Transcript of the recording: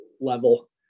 level